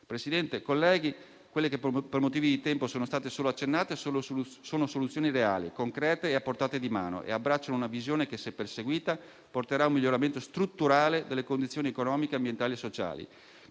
Presidente, colleghi, quelle che per motivi di tempo sono state solo accennate sono soluzioni reali, concrete e a portata di mano e abbracciano una visione che, se perseguita, porterà un miglioramento strutturale delle condizioni economiche, ambientali e sociali.